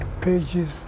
pages